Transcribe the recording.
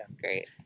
Great